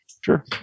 Sure